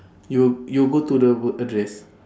you you go to the world address